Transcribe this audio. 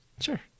Sure